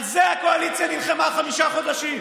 על זה הקואליציה נלחמה חמישה חודשים.